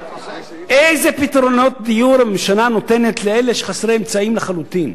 איזה פתרונות דיור הממשלה נותנת לאלה שהם חסרי אמצעים לחלוטין?